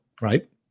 right